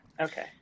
Okay